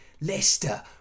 Leicester